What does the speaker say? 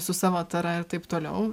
su savo tara ir taip toliau